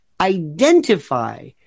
identify